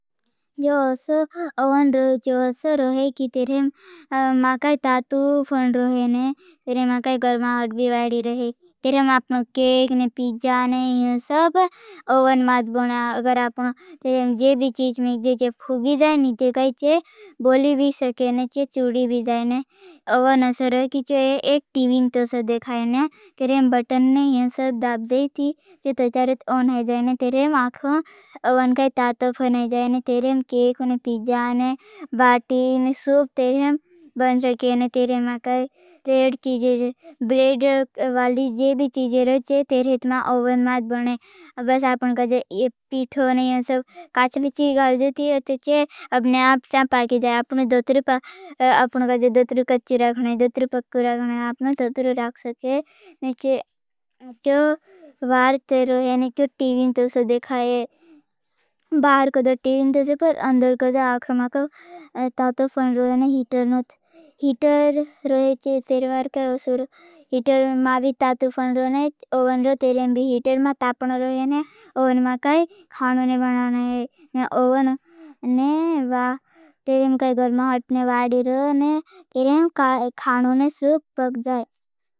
जो से अवन रहेते। ऐसा रहे कि तेरे अ-मैं कहीं तातू फण रहे न। तेरे मा का घर माहात भी वाडी रहे। तेरे मे आपन केक ने पिज्जा ने। इया सब अवन मे हाथ बाना। अगर आपण जे भी चीज में जो फूंकी जाए ने। तेका से बोली भी सके ने, चिरचुड़ी भी जाए ने। अवन से रो किचु एक टीवी तस देखाइन । तेरे बटन नही सब दब देती। ओन हो जान तेरे आके अवन का ताता फन जाने। तेरे में केक ने पिज्जा ने बाटी ने सूप तेरे बन सके। ने तेरे मा का रेट टीचर ब्रेड वाली जे भी चीज रहेते। तेरे ओवन माता बन बस आपन का। ये पीठो ने ये सब काचली चीज देती है। ते च अपने आप सांप आ के जाए। अपने जोतर पा क। अपनका जो दो तीन कच्चे रखने। दो तिर पक्के रखने। आपन तो तिर रख सके ने क्या वार्ता रहेगी? टीवी तो देखाएं बाहर कदो टीवी । तो पर अन्दर खुद आको। तातो फन रोने हीटर न हीटर रहे। तेरेवार का सीरियल हीटर माबी तातो फन रहे। और तेरे हीटर माता पण रहे न । ओवन मा काई खानो ने बानाना ह ना ओवन ने बा तेरे का गर्माहट वाडी रहो। ना तेरे का खाणो ने सूप पक जाए।